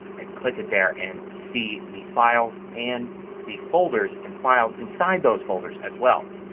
i can click it there and see the files and the folders and files inside those folders as well.